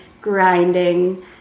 grinding